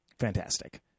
fantastic